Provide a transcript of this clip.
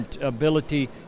ability